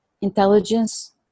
intelligence